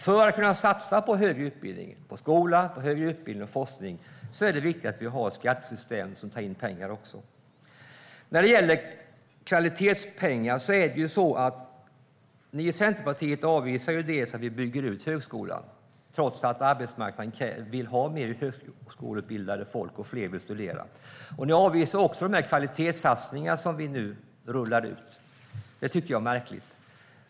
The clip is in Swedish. För att kunna satsa på skola, högre utbildning och forskning är det viktigt att det finns ett skattesystem som tar in pengar. Sedan var det frågan om kvalitetspengar. Centerpartiet avvisar en utbyggnad av högskolan, trots att arbetsmarknaden vill ha fler högskoleutbildade och att fler vill studera. Ni avvisar också de kvalitetssatsningar som vi nu rullar ut. Det är märkligt.